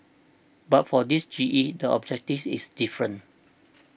but for this G E the objective is different